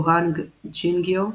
הואנג ג'ינגיו,